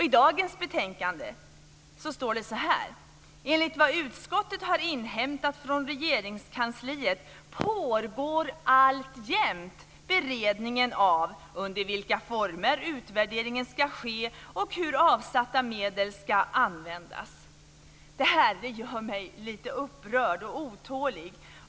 I dagens betänkande står det: "Enligt vad utskottet har inhämtat från Regeringskansliet pågår alltjämt beredningen av under vilka former utvärderingen skall ske och hur de avsatta medlen skall användas." Det här gör mig lite upprörd och otålig.